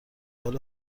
حال